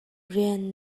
rian